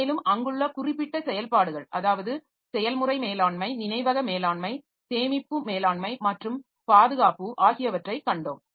மேலும் அங்குள்ள குறிப்பிட்ட செயல்பாடுகள் அதாவது செயல்முறை மேலாண்மை நினைவக மேலாண்மை சேமிப்பு மேலாண்மை மற்றும் பாதுகாப்பு ஆகியவற்றைக் கண்டோம்